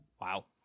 Wow